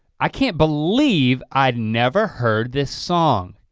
i can't believe i'd never heard this song.